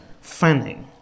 fanning